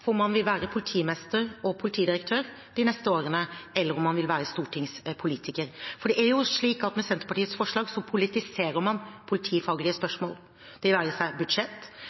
for om man vil være politimester og politidirektør de neste årene, eller om man vil være stortingspolitiker. For det er slik at med Senterpartiets forslag politiserer man politifaglige spørsmål, det være seg budsjett,